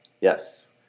yes